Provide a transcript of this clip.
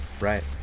right